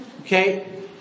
Okay